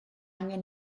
angen